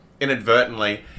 inadvertently